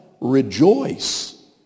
rejoice